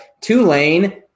Tulane